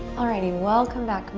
alrighty, welcome back,